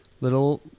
little